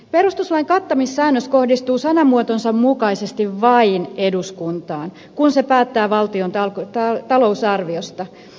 perustuslain kattamissäännös kohdistuu sanamuotonsa mukaisesti vain eduskuntaan kun se päättää valtion talousarviosta